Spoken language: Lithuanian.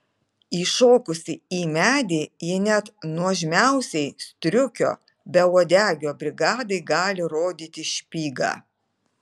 įšokusi į medį ji net nuožmiausiai striukio beuodegio brigadai gali rodyti špygą